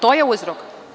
To je uzrok.